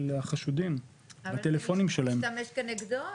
חשודים בטלפונים שלהם --- אבל זה משמש כנגדו,